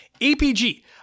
APG